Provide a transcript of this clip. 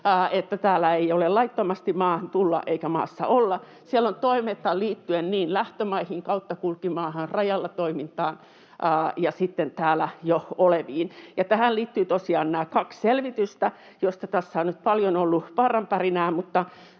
että täällä ei laittomasti maahan tulla eikä maassa olla. Siellä on toimintaa liittyen niin lähtömaihin, kauttakulkumaahan, rajalla toimintaan kuin sitten täällä jo oleviin. Tähän liittyy tosiaan nämä kaksi selvitystä, joista tässä on nyt paljon ollut parranpärinää,